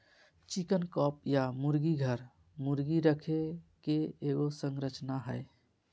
chicken coop या मुर्गी घर, मुर्गी रखे के एगो संरचना हइ